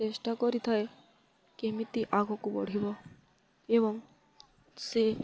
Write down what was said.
ଚେଷ୍ଟା କରିଥାଏ କେମିତି ଆଗକୁ ବଢ଼ିବ ଏବଂ ସେ